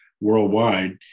worldwide